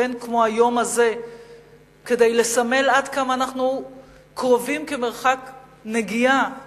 ואין כמו היום הזה כדי לסמל עד כמה אנחנו קרובים כמרחק נגיעה